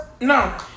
No